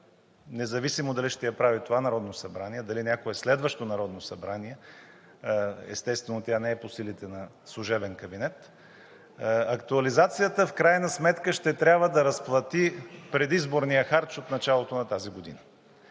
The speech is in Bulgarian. независимо дали ще я прави това Народно събрание, дали някое следващо Народно събрание, естествено, тя не е по силите на служебен кабинет, актуализацията в крайна сметка ще трябва да разплати предизборния харч от началото на тази година,